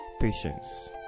patience